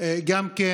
גם כן.